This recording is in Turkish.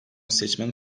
seçmen